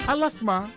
Alasma